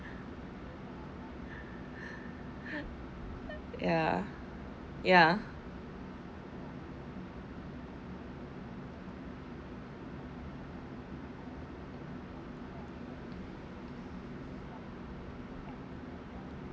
ya ya